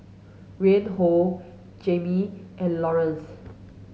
Reinhold Jammie and Lawrance